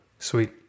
Sweet